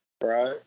Right